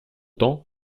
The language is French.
temps